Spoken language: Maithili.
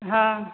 हँ